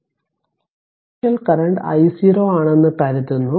initial current I0 ആണെന്ന് കരുതുന്നു